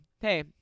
hey